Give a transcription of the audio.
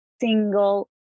single